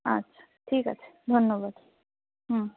আচ্ছা ঠিক আছে ধন্যবাদ হুম